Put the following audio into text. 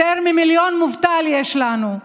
יותר ממיליון מובטלים יש לנו,